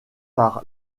par